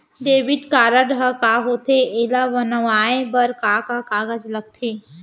Debit card ह का होथे एला बनवाए बर का का कागज लगथे?